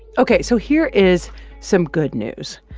ok. so here is some good news.